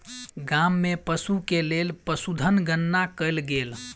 गाम में पशु के लेल पशुधन गणना कयल गेल